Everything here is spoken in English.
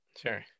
Sure